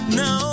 no